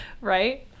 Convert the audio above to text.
Right